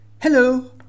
Hello